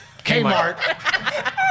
Kmart